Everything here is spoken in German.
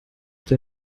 dir